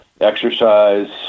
exercise